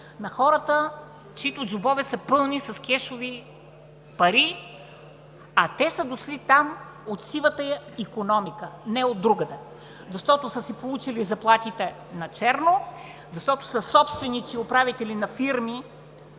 на хората, чиито джобове се пълни с кешови пари, а те са дошли там от сивата икономика, не от другаде. Защото са си получили заплатите на черно, защото са собственици и управители на фирми,